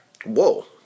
Whoa